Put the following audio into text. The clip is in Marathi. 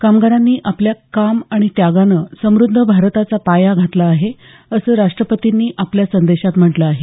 कामगारांनी आपल्या काम आणि त्यागानं समृद्ध भारताचा पाया घातला आहे असं राष्ट्रपतींनी आपल्या संदेशात म्हटलं आहे